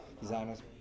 designers